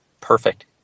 Perfect